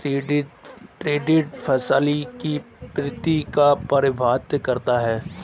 टिड्डा फसलों की पत्ती को प्रभावित करता है